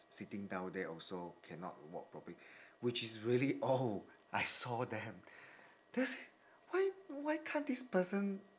sitting down there also cannot walk properly which is really old I saw them then I said why why can't this person